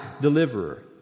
deliverer